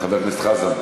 חבר הכנסת חזן.